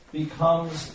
becomes